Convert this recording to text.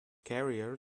carrier